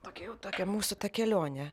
tokia jau tokia mūsų ta kelionė